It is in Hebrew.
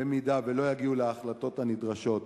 במידה שלא יגיעו להחלטות הנדרשות